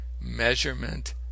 measurement